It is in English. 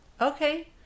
Okay